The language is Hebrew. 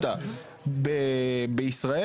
בישראל,